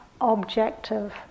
objective